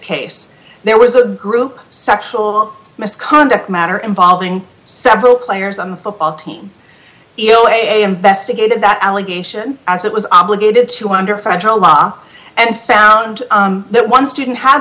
case there was a group sexual misconduct matter involving several players on the football team you know a investigated that allegation as it was obligated to under federal law and found that one student ha